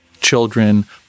children